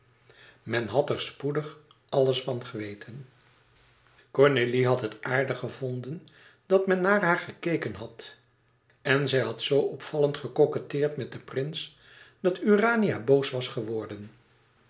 men had er spoedig alles van geweten cornélie had het aardig gevonden dat men naar haar gekeken had en zij had zoo opvallend gecoquetteerd met den prins dat urania boos was geworden